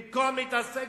במקום להתעסק